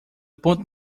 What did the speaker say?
ponto